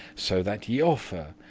so that ye offer,